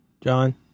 John